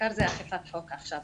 העיקר זה אכיפת החוק עכשיו.